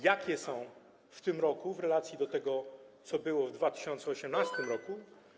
Jakie są w tym roku w relacji do tego, co było w 2018 r.